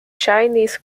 chinese